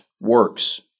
works